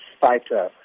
fighter